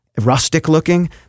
rustic-looking